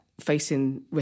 facing